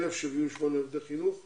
1,078 עובדי חינוך והוראה,